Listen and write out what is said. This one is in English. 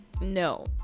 No